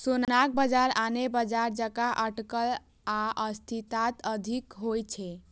सोनाक बाजार आने बाजार जकां अटकल आ अस्थिरताक अधीन होइ छै